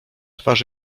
twarz